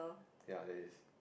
ya there is